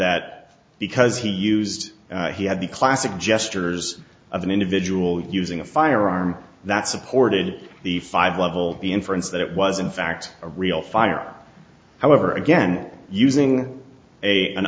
that because he used he had the classic gestures of an individual using a firearm that supported the five level the inference that it was in fact a real firearm however again using a an